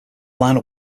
lineup